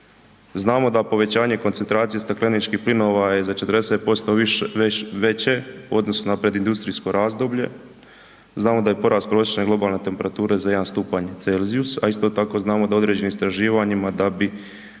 Znamo da povećanje koncentracije stakleničkih plinova je za 40% više, veće u odnosu na naprijed industrijsko razdoblje, znamo da je porast prosječne globalne temperature za 1 stupanj Celzijusa, a isto tako znamo da u određenim istraživanjima da bi